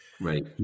Right